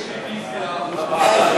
יש רוויזיה בוועדה.